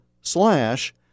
slash